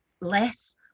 less